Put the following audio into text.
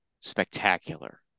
spectacular